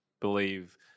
believe